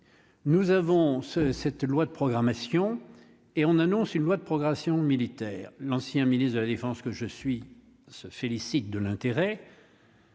Nous avons ce cette loi de programmation et on annonce une loi de progression militaire, l'ancien ministre de la Défense, que je suis, se félicite de l'intérêt.